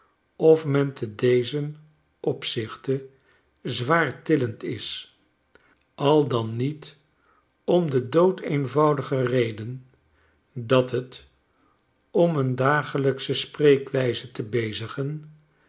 of men te dezen opzichte zwaartillend is al dan niet om de doodeenvoudige reden dat het om een dagelijksche spreekwijze te